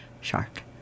shark